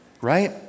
right